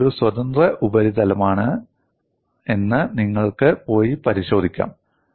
ഇത് ഒരു സ്വതന്ത്ര ഉപരിതലമാണെന്ന് നിങ്ങൾക്ക് പോയി പരിശോധിക്കാം